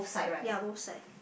ya both side